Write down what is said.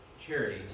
charity